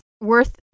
worth